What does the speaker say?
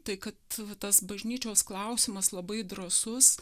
tai kad tas bažnyčios klausimas labai drąsus